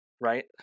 right